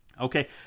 Okay